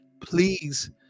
Please